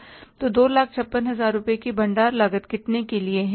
तो 256000 रुपये की भंडार लागत कितने के लिए है